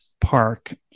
park